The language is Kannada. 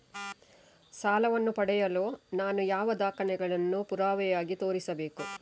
ಸಾಲವನ್ನು ಪಡೆಯಲು ನಾನು ಯಾವ ದಾಖಲೆಗಳನ್ನು ಪುರಾವೆಯಾಗಿ ತೋರಿಸಬೇಕು?